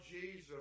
Jesus